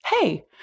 hey